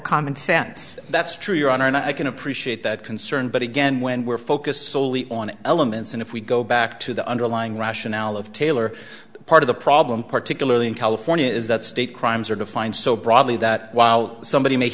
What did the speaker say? common sense that's true your honor and i can appreciate that concern but again when we're focused solely on elements and if we go back to the underlying rationale of taylor part of the problem particularly in california is that state crimes are defined so broadly that while somebody ma